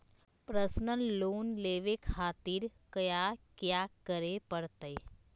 Personal loan लेवे खातिर कया क्या करे पड़तइ?